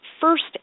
first